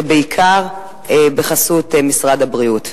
זה בעיקר בחסות משרד הבריאות.